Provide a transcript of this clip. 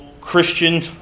Christian